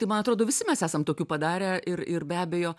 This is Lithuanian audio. tai man atrodo visi mes esam tokių padarę ir ir be abejo